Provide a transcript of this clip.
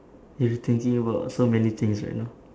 you'd be thinking about so many things right now